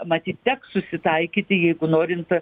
matyt teks susitaikyti jeigu norint